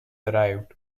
arrived